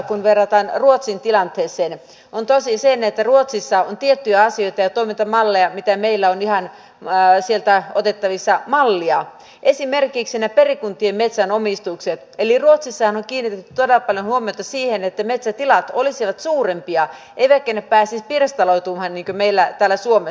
kun verrataan ruotsin tilanteeseen on tosi se että ruotsissa on tiettyjä asioita ja toimintamalleja mitä meidän on ihan sieltä otettavissa mallia esimerkiksi ne perikuntien metsänomistukset eli ruotsissahan on kiinnitetty todella paljon huomiota siihen että metsätilat olisivat suurempia eivätkä ne pääsisi pirstaloitumaan niin kuin meillä täällä suomessa